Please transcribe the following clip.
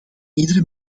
iedere